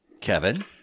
Kevin